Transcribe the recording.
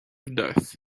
death